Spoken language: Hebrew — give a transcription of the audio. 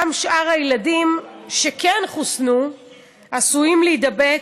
גם שאר הילדים שכן חוסנו עשויים להידבק,